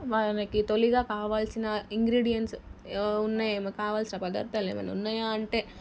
మనకి తొలిగా కావాలసిన ఇంగ్రీడియంట్స్ ఉన్నాయేమో కావాలసిన పదార్థాలేమైనా ఉన్నాయా అంటే